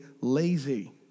lazy